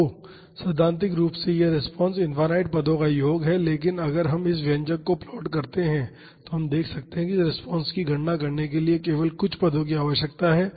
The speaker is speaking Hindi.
तो सैद्धांतिक रूप से यह रिस्पांस इनफाईनाईट पदों का योग है लेकिन अगर हम इस व्यंजक को प्लाट करते हैं तो हम देख सकते हैं कि इस रिस्पांस की गणना करने के लिए केवल कुछ पदों की आवश्यकता है